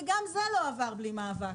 וגם זה לא עבר בלי מאבק,